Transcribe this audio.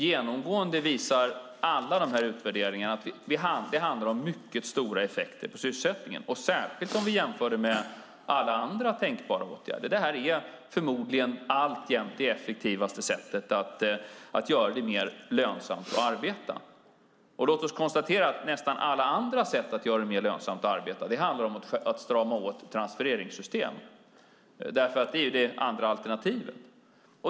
Genomgående visar alla utvärderingarna att det handlar om mycket stora effekter på sysselsättningen, särskilt om vi jämför med alla andra tänkbara åtgärder. Det här är förmodligen alltjämt det effektivaste sättet att göra det mer lönsamt att arbeta. Låt oss konstatera att nästan alla andra sätt att göra det mer lönsamt att arbeta handlar om att strama åt transfereringssystem. Det är nämligen det andra alternativet.